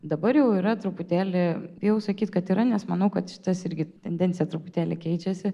dabar jau yra truputėlį bijau sakyt kad yra nes manau kad šitas irgi tendencija truputėlį keičiasi